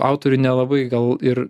autoriui nelabai gal ir